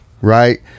Right